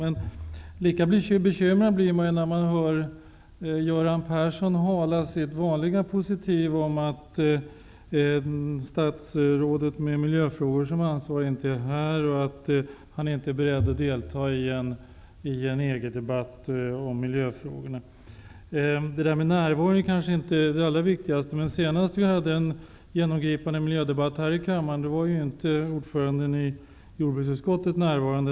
Man blir lika bekymrad när man hör Göran Persson hala sitt vanliga positiv, om att statsrådet som är ansvarig för miljöfrågor inte är här och att han inte är beredd att delta i en EG-debatt om miljöfrågorna. Det där med närvaro är kanske inte det allra viktigaste, men när vi senast hade en genomgripande miljödebatt här i kammaren var inte ordföranden i jordbruksutskottet närvarande.